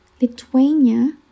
Lithuania